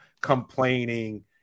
complaining